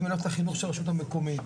את מחלקת החינוך של הרשות המקומית.